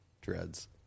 dreads